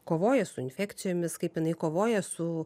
kovoja su infekcijomis kaip jinai kovoja su